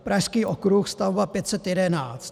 Pražský okruh stavba 511.